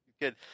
Good